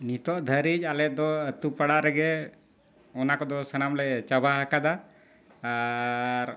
ᱱᱤᱛᱚᱜ ᱫᱷᱟᱹᱨᱤᱡ ᱟᱞᱮ ᱫᱚ ᱟᱛᱳ ᱯᱟᱲᱟ ᱨᱮᱜᱮ ᱚᱱᱟ ᱠᱚᱫᱚ ᱥᱟᱱᱟᱢ ᱞᱮ ᱪᱟᱵᱟ ᱟᱠᱟᱫᱟ ᱟᱨ